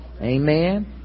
Amen